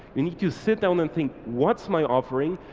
you need to sit down and think what's my offering,